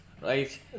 right